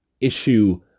issue